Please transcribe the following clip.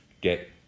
Get